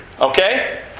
Okay